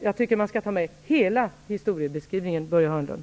Jag tycker att man skall ta med hela historieskrivningen, Börje Hörnlund.